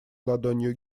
ладонью